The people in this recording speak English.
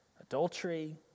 adultery